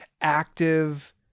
active